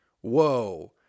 Whoa